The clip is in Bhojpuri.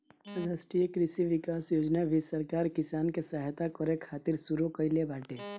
राष्ट्रीय कृषि विकास योजना भी सरकार किसान के सहायता करे खातिर शुरू कईले बाटे